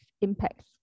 impacts